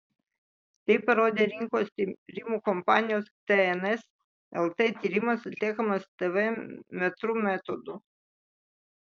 tai parodė rinkos tyrimų kompanijos tns lt tyrimas atliekamas tv metrų metodu